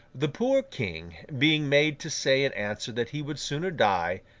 the poor king, being made to say in answer that he would sooner die,